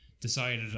decided